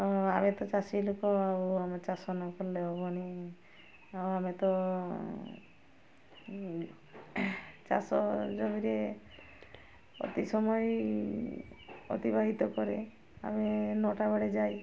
ଆମେ ତ ଚାଷୀ ଲୋକ ଆଉ ଆମେ ଚାଷ ନ କଲେ ହେବନି ଆଉ ଆମେ ତ ଚାଷ ଜମିରେ ଅତି ସମୟ ଅତିବାହିତ କରେ ଆମେ ନଅ'ଟା ବେଳେ ଯାଇ